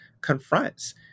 confronts